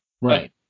Right